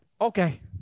okay